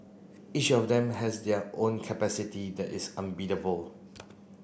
each of them has their own capacity that is unbeatable